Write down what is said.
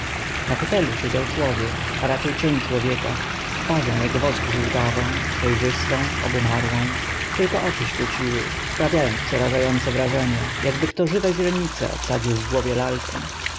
na fotelu siedział człowiek a racze cień człowieka z twarzą ak wosk żółtawą prze rzystą obumarłą tylko oczy świeciły sprawia ąc przeraża ące wrażenie akby kto żywe źrenice obsadził w głowie lalki